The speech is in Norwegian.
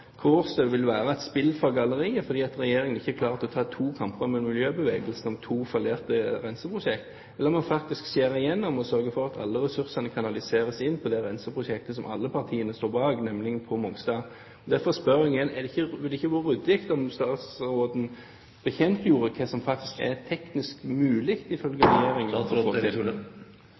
Kårstø vil være et spill for galleriet fordi regjeringen ikke er klar til å ta to kamper med miljøbevegelsen om to fallerte renseprosjekter, eller om en faktisk skjærer igjennom og sørger for at alle ressursene kanaliseres inn på det renseprosjektet som alle partiene står bak, nemlig på Mongstad. Derfor spør jeg igjen: Ville det ikke vært ryddig om statsråden bekjentgjorde hva som faktisk er teknisk mulig ifølge